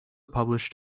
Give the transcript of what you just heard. published